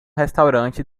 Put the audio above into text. restaurante